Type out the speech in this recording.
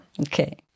Okay